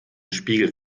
spiegel